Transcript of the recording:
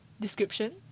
description